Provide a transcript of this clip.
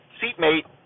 seatmate